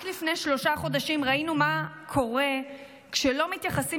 רק לפני שלושה חודשים ראינו מה קורה כשלא מתייחסים